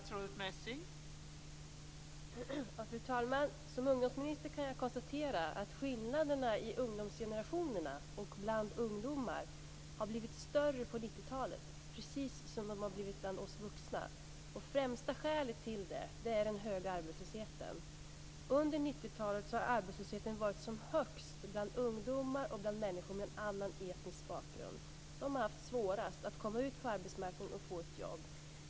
Fru talman! Som ungdomsminister kan jag konstatera att skillnaderna i ungdomsgenerationerna och bland ungdomar har blivit större på 90-talet, precis som de har blivit bland oss vuxna. Det främsta skälet till det är den höga arbetslösheten. Under 90-talet har arbetslösheten varit som högst bland ungdomar och bland människor med annan etnisk bakgrund. De har haft svårast att komma ut på arbetsmarknaden och få ett jobb.